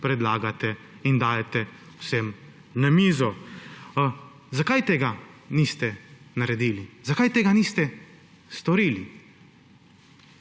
predlagate in dajete vsem na mizo. Zakaj tega niste naredili? Zakaj tega niste storili?